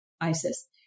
ISIS